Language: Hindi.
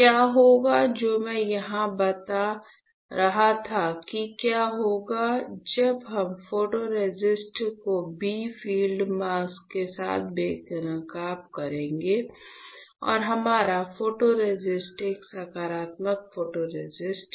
क्या होगा जो मैं यहां बता रहा था कि क्या होगा जब हम फोटोरेसिस्ट को b फील्ड मास्क के साथ बेनकाब करेंगे और हमारा फोटोरेसिस्ट एक सकारात्मक फोटोरेसिस्ट है